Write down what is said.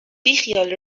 بیخیال